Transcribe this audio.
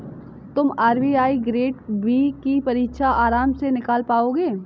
तुम RBI grade B की परीक्षा आराम से निकाल पाओगे